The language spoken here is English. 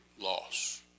loss